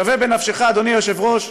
שווה בנפשך, אדוני היושב-ראש,